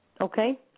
Okay